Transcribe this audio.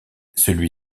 celui